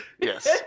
Yes